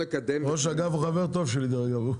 ראש האגף הוא חבר טוב שלי, דרך אגב.